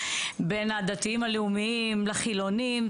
בין הדתיים הלאומיים לחילוניים,